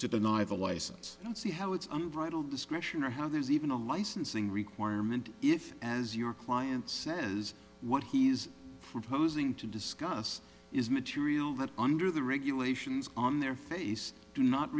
deny the license and see how it's unbridled discretion or how there's even a licensing requirement if as your client says what he's proposing to discuss is material that under the regulations on their face do not